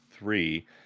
Three